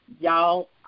y'all